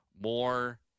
more